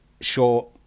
short